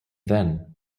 then